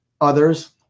Others